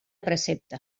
precepte